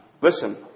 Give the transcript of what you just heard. Listen